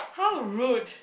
how rude